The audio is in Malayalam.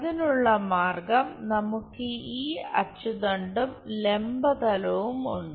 അതിനുള്ള മാർഗം നമുക്ക് ഈ അച്ചുതണ്ടും ലംബ തലവും ഉണ്ട്